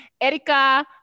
Erika